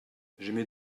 j’émets